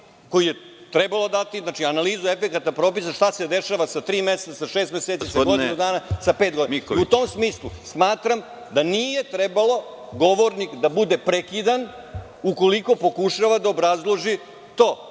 koje je trebalo dati, znači, analizu efekata propisa šta se dešava sa tri meseca, šest meseci, sa godinu dana, sa pet godina.U tom smislu, smatram da nije trebalo da govornik bude prekidan ukoliko pokušava da obrazloži to.